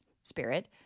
spirit